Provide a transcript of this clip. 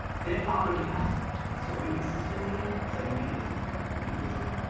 then pop thirty passed. and so we consistently said we neat to get some hires. we need to get some hires.